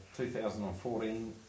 2014